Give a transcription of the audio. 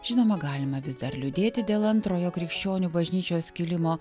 žinoma galima vis dar liūdėti dėl antrojo krikščionių bažnyčios skilimo